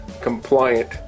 compliant